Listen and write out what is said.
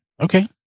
Okay